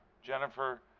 jennifer,